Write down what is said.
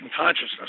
consciousness